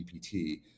gpt